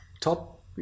top